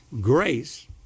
grace